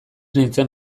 nintzen